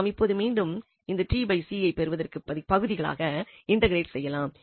நாம் இப்பொழுது மீண்டும் இந்த tcஐ பெறுவதற்கு பகுதிகளாக இன்டெக்ரேட் செய்யலாம்